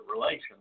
relations